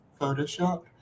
photoshop